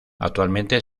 actualmente